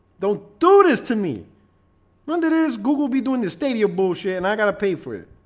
don't do this to me wonder there's google be doing the stadium bullshit and i gotta pay for it